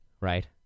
right